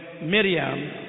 Miriam